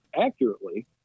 accurately